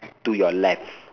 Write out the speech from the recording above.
to your left